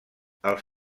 els